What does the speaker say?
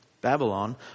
Babylon